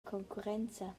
concurrenza